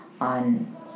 on